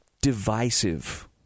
divisive